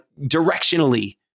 directionally